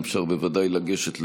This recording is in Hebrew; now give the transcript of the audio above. אפשר בוודאי לגשת לברך.